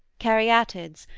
caryatids,